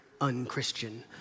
unchristian